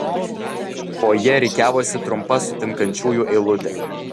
fojė rikiavosi trumpa sutinkančiųjų eilutė